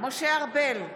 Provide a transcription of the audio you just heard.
משה ארבל,